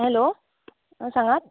hello आं सांगात